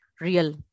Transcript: real